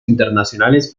internacionales